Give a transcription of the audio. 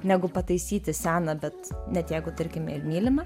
negu pataisyti seną bet net jeigu tarkime mylimą